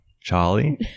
Charlie